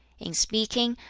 in speaking,